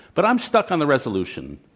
but i'm stuck on the resolution.